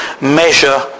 measure